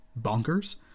bonkers